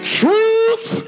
truth